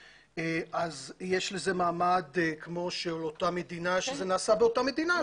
אז יש לזה מעמד כמו של אותה מדינה שזה נעשה באותה מדינה,